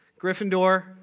Gryffindor